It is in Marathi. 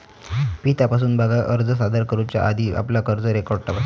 फी तपासून बघा, अर्ज सादर करुच्या आधी आपला कर्ज रेकॉर्ड तपासा